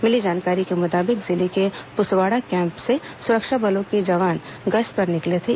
मिली जानकारी के मुताबिक जिले के पुसवाड़ा कैम्प से सुरक्षा बलों के जवान गश्त पर निकले थे